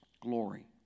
glory